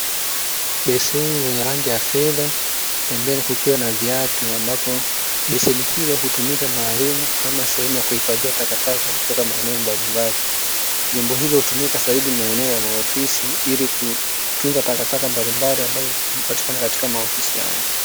Beseni lenye rangi ya fedha pembeni, kukiwa na viatu, ambapo beseni hilo hutumika maalumu kama sehemu ya kuhifadhia takataka, kutoka maeneo mbalimbali, vyombo hivyo hutumika maeneo ya maofisi, ili kutunza takataka mbalimbali, ambazo hupatikana katika maofisi haya.